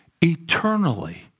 eternally